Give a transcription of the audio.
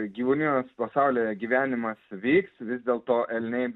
gyvūnijos pasaulyje gyvenimas vyks vis dėlto elniai